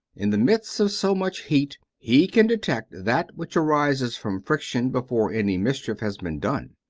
in the midst of so much heat, he can detect that which arises from friction before any mischief has been done.